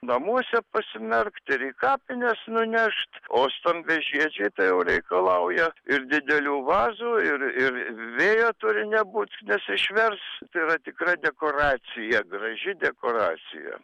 namuose pasimerkt ir į kapines nunešt o stambiažiedžiai tai jau reikalauja ir didelių vazų ir ir vėjo turi nebūt nes išvers tai yra tikra dekoracija graži dekoracija